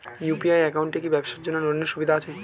UPI একাউন্টে কি ব্যবসার জন্য লোনের সুবিধা আছে?